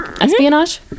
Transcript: espionage